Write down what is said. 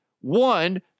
One